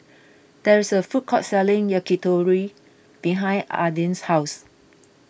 there is a food court selling Yakitori behind Aidyn's house